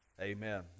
Amen